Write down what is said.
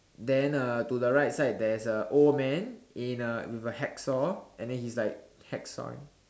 then uh to the right side there's a old man in a with a hacksaw and then he's like hack sorry